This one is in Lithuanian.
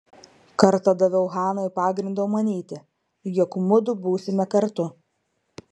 kartą daviau hanai pagrindo manyti jog mudu būsime kartu